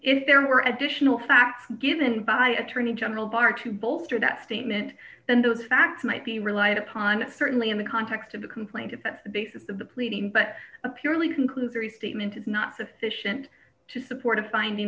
if there were additional facts given by attorney general bar to bolster that statement then those facts might be relied upon certainly in the context of a complaint if that's the basis of the pleading but a purely conclusory statement is not sufficient to support a finding